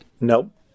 Nope